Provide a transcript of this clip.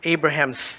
Abraham's